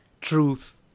truth